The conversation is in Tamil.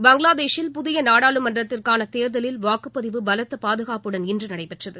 பங்களாதேஷில் புதிய நாடாளுமன்றத்திற்கான தேர்தலில் வாக்குப்பதிவு பலத்த பாதுகாப்புடன் இன்று நடைபெற்றது